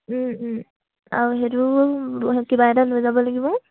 আৰু সেইটো কিবা এটা লৈ যাব লাগিব